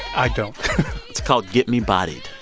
i don't it's called, get me bodied.